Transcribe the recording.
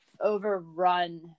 overrun